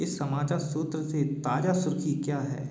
इस समाचार सूत्र से ताजा सुर्ख़ी क्या है